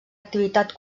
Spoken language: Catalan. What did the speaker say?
activitat